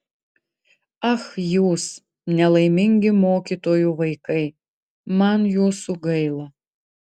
ach jūs nelaimingi mokytojų vaikai man jūsų gaila